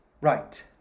Right